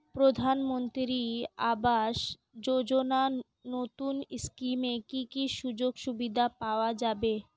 প্রধানমন্ত্রী আবাস যোজনা নতুন স্কিমে কি কি সুযোগ সুবিধা পাওয়া যাবে?